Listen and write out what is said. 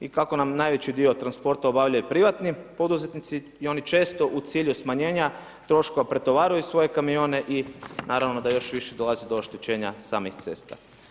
I kako nam najveći dio transporta obavljaju privatni poduzetnici i oni često u cilju smanjenja troškova pretovaruju svoje kamione i naravno da još više dolazi do oštećenja samih cesta.